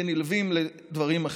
כנלווים לדברים אחרים,